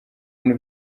bintu